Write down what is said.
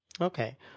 Okay